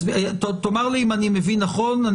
תאמר לי אם אני מבין נכון,